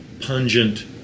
pungent